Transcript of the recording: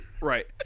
Right